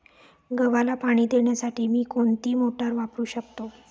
गव्हाला पाणी देण्यासाठी मी कोणती मोटार वापरू शकतो?